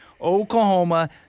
Oklahoma